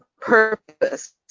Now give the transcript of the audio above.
purpose